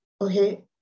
okay